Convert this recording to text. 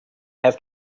have